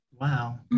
Wow